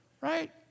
right